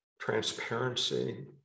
transparency